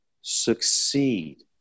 succeed